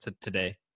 today